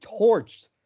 torched